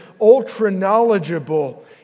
ultra-knowledgeable